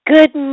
Good